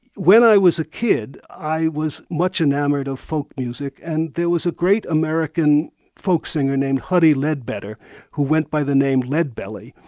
when i was a kid, i was much enamoured of folk music and there was a great american folksinger named huddie leadbetter who went by the name, leadbelly,